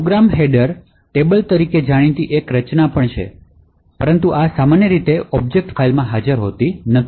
programme header table તરીકે જાણીતી એક રચના પણ છે પરંતુ આ સામાન્ય રીતે ઑબ્જેક્ટ ફાઇલમાં હાજર હોતી નથી